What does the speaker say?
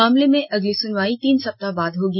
मामले में अगली सुनवाई तीन सप्ताह बाद होगी